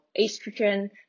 estrogen